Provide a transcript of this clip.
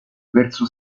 verso